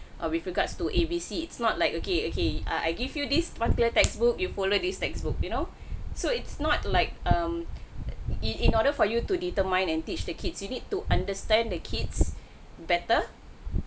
uh with regards to A B C it's not like okay okay err I give you this particular textbook you follow this textbooks you know so it's not like um in in order for you to determine and teach the kids you need to understand the kids better